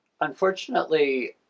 unfortunately